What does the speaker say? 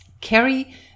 carry